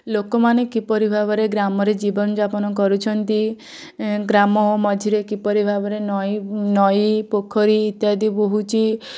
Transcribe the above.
ଲୋକମାନେ କିପରି ଭାବରେ ଗ୍ରାମରେ ଜୀବନଯାପନ କରୁଛନ୍ତି ଗ୍ରାମ ମଝିରେ କିପରି ଭାବରେ ନଈ ନଈ ପୋଖରୀ ଇତ୍ୟାଦି ବୋହୁଛି